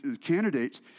candidates